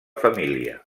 família